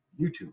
YouTube